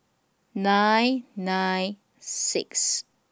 nine nine six